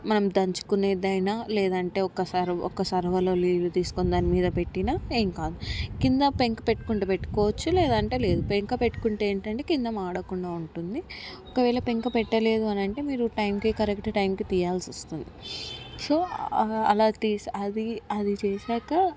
మనం దంచుకునేదైనా లేదంటే ఒక ఒక సర్వలో కొన్ని నీళ్లు తీసుకొని దాని మీద పెట్టిన ఏం కాదు కింద పెంకు పెట్టుకుంటే పెట్టుకోవచ్చు లేదంటే లేదు పెంక పెట్టుకుంటే ఏంటంటే కింద మాడకుండా ఉంటుంది ఒకవేళ పెంక పెట్టలేదు అని అంటే మీరు టైంకి కరెక్ట్ టైంకి తీయ్యాల్సొస్తుంది సో అలా అది అది చేశాక